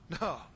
no